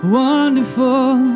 wonderful